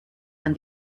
and